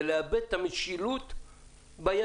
זה לאבד את המשילות בידיים,